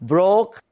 Broke